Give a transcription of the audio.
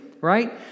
right